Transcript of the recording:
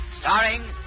starring